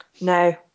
No